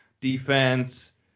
defense